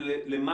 דרישות מימון,